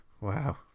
Wow